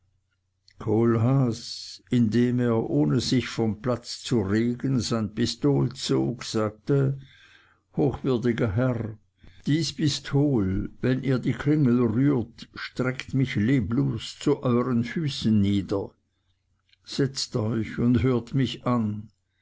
kohlhaas indem er ohne sich vom platz zu regen sein pistol zog sagte hochwürdiger herr dies pistol wenn ihr die klingel rührt streckt mich leblos zu euren füßen nieder setzt euch und hört mich an